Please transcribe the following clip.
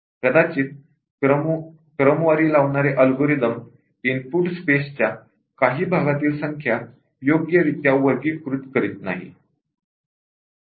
कदाचित क्रमवारी लावणारे अल्गोरिदम इनपुट स्पेस च्या काही भागातील संख्या योग्यरित्या वर्गीकृत करीत नाही